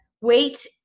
weight